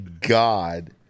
God